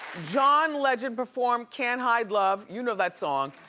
john legend performed can't hide love, you know that song.